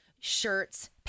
Shirts